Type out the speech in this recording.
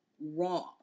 wrong